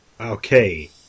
Okay